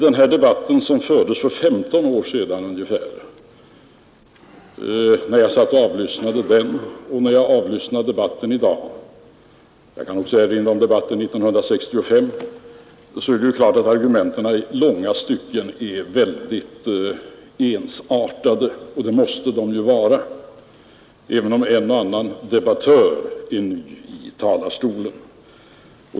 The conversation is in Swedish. Efter att ha avlyssnat den debatt som fördes för ungefär 15 år sedan samt debatten här i dag — jag kan säga detsamma om debatten 1965 — kan jag konstatera, att argumenten i långa stycken är väldigt ensartade, vilket de måste vara, även om en och annan debattör är ny i talarstolen.